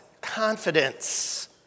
Confidence